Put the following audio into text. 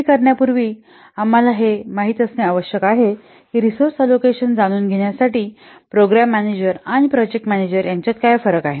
हे करण्यापूर्वी आम्हाला हे माहित असणे आवश्यक आहे की रिसोर्स अलोकेशन जाणून घेण्यासाठी प्रोग्राम मॅनेजर आणि प्रोजेक्ट मॅनेजर यांच्यात काय फरक आहे